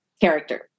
character